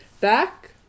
back